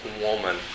woman